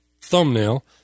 thumbnail